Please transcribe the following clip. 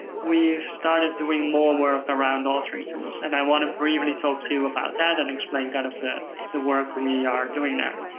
we've started doing more work around authoring tools. and i want to briefly talk to you about that and explain kind of the the work we are doing there.